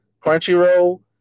Crunchyroll